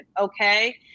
okay